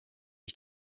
ich